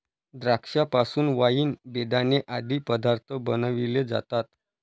द्राक्षा पासून वाईन, बेदाणे आदी पदार्थ बनविले जातात